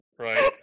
Right